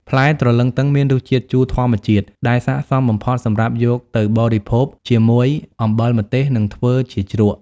ផ្លែទ្រលឹងទឹងមានរសជាតិជូរធម្មជាតិដែលស័ក្តិសមបំផុតសម្រាប់យកទៅបរិភោគជាមួយ អំបិលម្ទេស និងធ្វើជាជ្រក់។